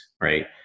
right